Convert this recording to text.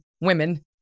women